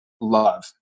love